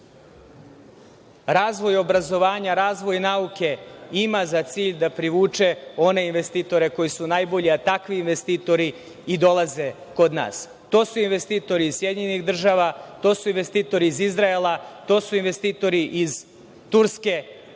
razvoj obrazovanja, razvoj nauke, ima za cilj da privuče one investitore koji su najbolji, a takvi investitori i dolaze kod nas. To su investitori iz SAD, to su investitori iz Izraela, to su investitori iz Turske,